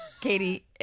Katie